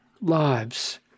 lives